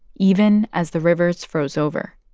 even as the rivers froze over